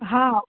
हा